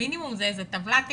המינימום זה איזו טבלת אקסל,